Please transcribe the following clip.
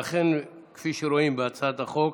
ואכן, כפי שרואים בהצעת החוק,